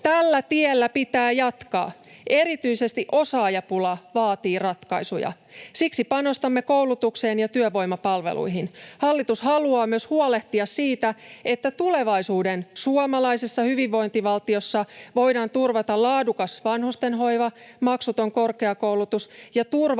Tällä tiellä pitää jatkaa. Erityisesti osaajapula vaatii ratkaisuja. Siksi panostamme koulutukseen ja työvoimapalveluihin. Hallitus haluaa myös huolehtia siitä, että tulevaisuuden suomalaisessa hyvinvointivaltiossa voidaan turvata laadukas vanhustenhoiva, maksuton korkeakoulutus ja turvaverkot